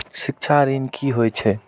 शिक्षा ऋण की होय छै?